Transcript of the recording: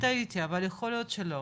יכול להיות שאני טעיתי,